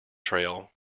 trail